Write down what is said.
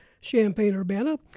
Champaign-Urbana